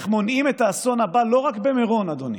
איך מונעים את האסון הבא לא רק במירון, אדוני,